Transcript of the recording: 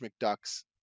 mcduck's